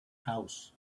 house